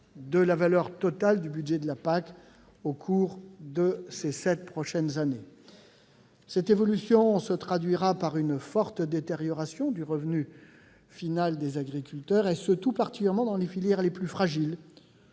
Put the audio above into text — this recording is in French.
de la valeur totale du budget de la PAC au cours des sept prochaines années. Cette évolution se traduira par une forte détérioration du revenu final des agriculteurs, et ce tout particulièrement dans les filières les plus fragiles